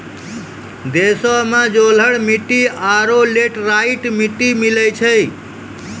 देशो मे जलोढ़ मट्टी आरु लेटेराइट मट्टी मिलै छै